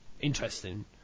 interesting